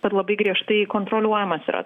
ir labai griežtai kontroliuojamas yra